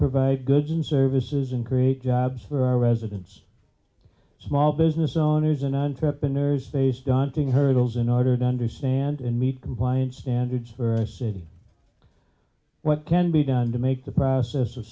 provide goods and services and create jobs for residents small business owners and entrepreneurs face daunting hurdles in order to understand and meet compliance standards for city what can be done to make the process of